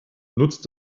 nutzt